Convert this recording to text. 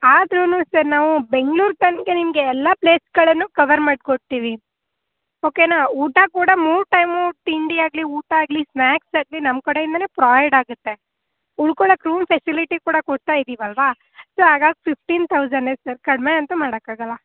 ಆದ್ರೂ ಸರ್ ನಾವು ಬೆಂಗ್ಳೂರು ತನಕ ನಿಮಗೆ ಎಲ್ಲ ಪ್ಲೇಸ್ಗಳನ್ನು ಕವರ್ ಮಾಡಿಕೊಡ್ತೀವಿ ಓಕೆನಾ ಊಟ ಕೂಡ ಮೂರು ಟೈಮು ತಿಂಡಿ ಆಗಲಿ ಊಟ ಆಗಲಿ ಸ್ನ್ಯಾಕ್ಸ್ ಆಗಲಿ ನಮ್ಮ ಕಡೆಯಿಂದಲೇ ಪ್ರೊವೈಡ್ ಆಗುತ್ತೆ ಉಳ್ಕೊಳೋಕ್ಕೆ ರೂಮ್ ಫೆಸಿಲಿಟಿ ಕೂಡ ಕೊಡ್ತಾ ಇದೀವಲ್ವಾ ಸೊ ಹಾಗಾಗ್ ಫಿಫ್ಟೀನ್ ತೌಸನೇ ಸರ್ ಕಡಿಮೆ ಅಂತೂ ಮಾಡೊಕ್ಕಾಗಲ್ಲ